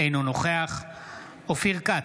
אינו נוכח אופיר כץ,